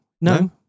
No